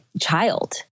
child